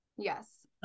yes